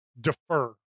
defer